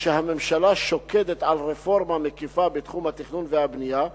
שהממשלה שוקדת על רפורמה מקיפה בתחום התכנון והבנייה,